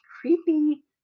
creepy